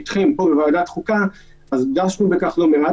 אני מצטט את פרופ' חגי לוין,